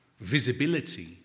visibility